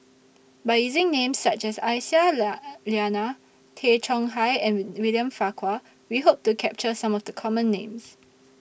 By using Names such as Aisyah Lyana Tay Chong Hai and when William Farquhar We Hope to capture Some of The Common Names